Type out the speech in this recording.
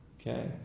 Okay